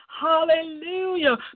hallelujah